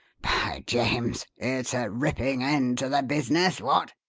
by james! it's a ripping end to the business what?